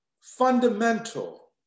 fundamental